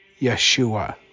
Yeshua